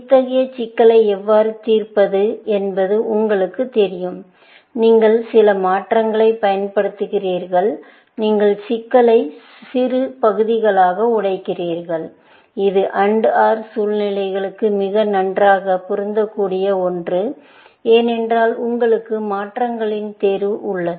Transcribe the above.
இத்தகைய சிக்கல்களை எவ்வாறு தீர்ப்பது என்பது உங்களுக்குத் தெரியும் நீங்கள் சில மாற்றங்களை பயன்படுத்துகிறீர்கள் நீங்கள் சிக்கலை சிறு பகுதிகளாக உடைக்கிறீர்கள் இது AND OR சூழ்நிலைகளுக்கு மிக நன்றாக பொருந்தக்கூடிய ஒன்று ஏனென்றால் உங்களுக்கு மாற்றங்களின் தேர்வு உள்ளது